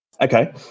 Okay